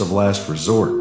of last resort